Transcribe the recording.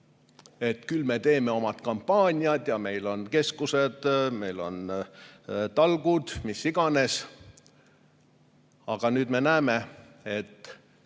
et küll me teeme oma kampaaniad ja meil on keskused, meil on talgud, mis iganes. Aga nüüd me näeme, et